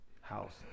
house